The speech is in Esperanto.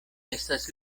estas